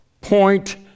point